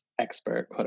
expert